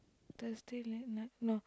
Thursday late night no